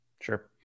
sure